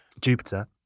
Jupiter